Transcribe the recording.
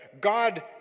God